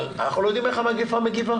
אבל אנחנו לא יודעים איך המגיפה תגיב,